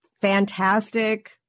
fantastic